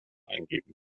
eingeben